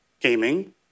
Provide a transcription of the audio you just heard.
gaming